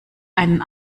einen